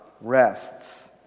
rests